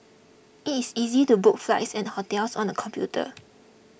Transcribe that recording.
it is easy to book flights and hotels on the computer